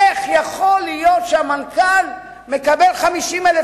"איך יכול להיות שהמנכ"ל מקבל 50,000